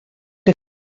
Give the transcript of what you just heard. que